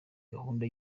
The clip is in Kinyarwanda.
gahunda